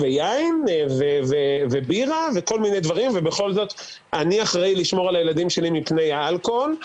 יין ובירה ובכל זאת אני אחראי לשמור עליהם מפני האלכוהול.